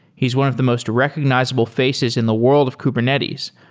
he's one of the most recognizable faces in the world of kubernetes,